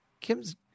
Kim's